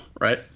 right